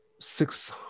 six